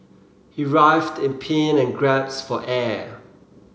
he writhed in pain and gasped for air